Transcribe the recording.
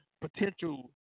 potential